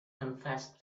confessed